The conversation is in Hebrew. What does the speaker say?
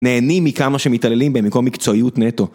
נהנים מכמה שמתעללים בהם במקום מקצועיות נטו